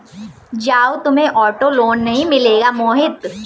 जाओ, तुम्हें auto loan नहीं मिलेगा मोहित